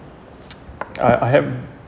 I I have